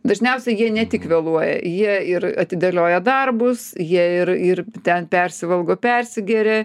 dažniausiai jie ne tik vėluoja jie ir atidėlioja darbus jie ir ir ten persivalgo persigeria